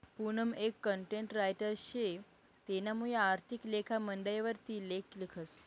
पूनम एक content writer शे तेनामुये आर्थिक लेखा मंडयवर ती लेख लिखस